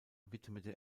widmete